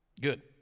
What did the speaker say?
Good